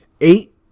eight